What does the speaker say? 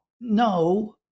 no